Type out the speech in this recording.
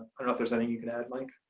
i don't know if there's any you can add mike?